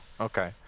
Okay